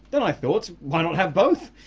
then i thought, why not have both?